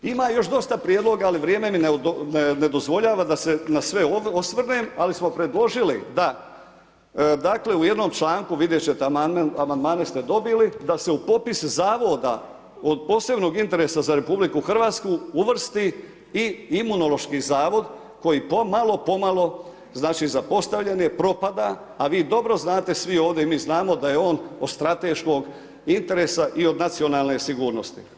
Ima još dosta prijedloga ali vrijeme mi ne dozvoljava da se na sve osvrnem, ali smo predložili da dakle u jednom članku vidjet ćete amandmane ste dobili da se u popis zavoda od posebnog interesa za RH uvrsti i Imunološki zavod koji pomalo, pomalo znači zapostavljen je, propada, a vi dobro znate svi ovdje i mi znamo da je on od strateškog interesa i od nacionalne sigurnosti.